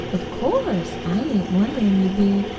of course, i ain't wonderin' you be!